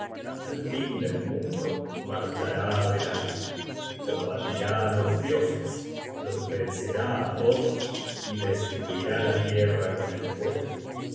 al fin del mundo marchará adelante combatirá á los dioses los vencerá á todos y destruirá la tierra con el fuego